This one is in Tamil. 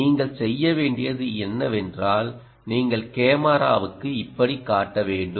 நீங்கள் செய்ய வேண்டியது என்னவென்றால் நீங்கள் கேமராவுக்கு இப்படி காட்ட வேண்டும்